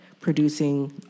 Producing